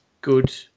good